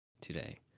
today